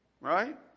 Right